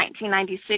1996